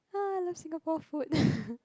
love Singapore food